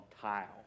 tile